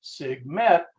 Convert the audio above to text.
SIGMET